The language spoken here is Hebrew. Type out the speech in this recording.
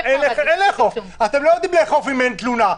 אי אפשר להגיד --- אתם לא יודעים לאכוף אם אין תלונה?